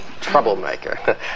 troublemaker